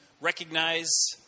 recognize